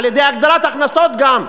על-ידי הגדלת הכנסות גם,